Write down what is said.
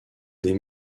des